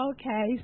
Okay